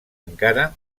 encara